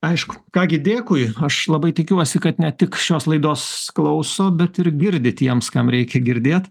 aišku ką gi dėkui aš labai tikiuosi kad ne tik šios laidos klauso bet ir girdi tiems kam reikia girdėt